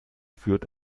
führt